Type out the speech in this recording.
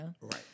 right